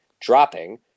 dropping